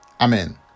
Amen